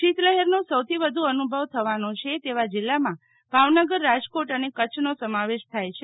શીત લહેર નો સૌથી વધુ અનુભવ થવાનો છે તેવા જિલ્લા માં ભાવનગર રાજકોટ અને કચ્છ નો સમાવેશ થાય છે